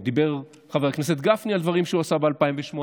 דיבר חבר הכנסת גפני על דברים שהוא עשה ב-2008,